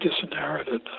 disinherited